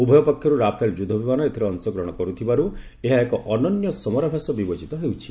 ଉଭୟ ପକ୍ଷରୁ ରାଫେଲ ଯୁଦ୍ଧ ବିମାନ ଏଥିରେ ଅଂଶଗ୍ରହଣ କର୍ତ୍ତିବାର୍ ଏହା ଏକ ଅନନ୍ୟ ସମରାଭ୍ୟାସ ବିବେଚିତ ହେଉଛି